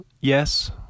yes